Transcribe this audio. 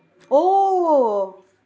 oh